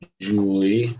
Julie